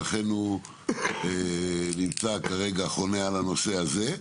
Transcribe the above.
לכן הוא חונה כרגע על הנושא הזה.